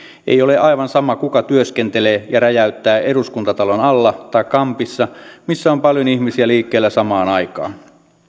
ei ole aivan sama kuka työskentelee ja räjäyttää eduskuntatalon alla tai kampissa missä on paljon ihmisiä liikkeellä samaan aikaan